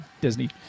Disney